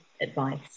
advice